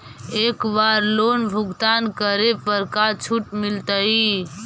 एक बार लोन भुगतान करे पर का छुट मिल तइ?